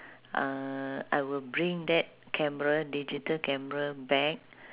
uh I will bring that camera digital camera back